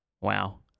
Wow